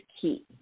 key